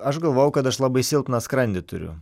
aš galvojau kad aš labai silpną skrandį turiu